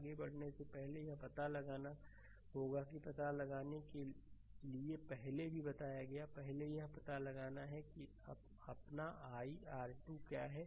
आगे बढ़ने से पहले यह पता लगाना होगा कि पता लगाने के लिए पहले भी बताया है पहले यह पता लगाना है किअपना i r2 क्या है